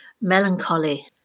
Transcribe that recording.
melancholy